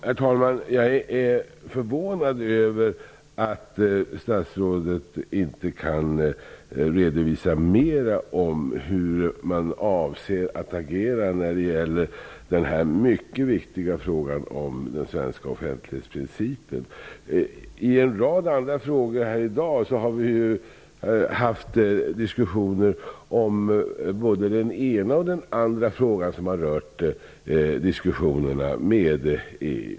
Herr talman! Jag är förvånad över att statsrådet inte kan redovisa mer om hur man avser att agera i fråga om den mycket viktiga svenska offentlighetsprincipen. Vi har i dag haft en rad andra diskussioner om frågor som har rört EU.